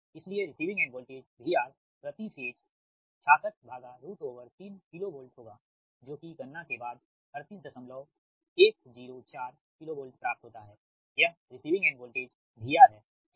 इसलिए receiving end voltage VR प्रति phase 663 KV होगा जो कि गणना के बाद 38104 KV प्राप्त होता हैयह रिसीविंग एंड वोल्टेज VR हैठीक